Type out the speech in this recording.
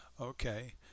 Okay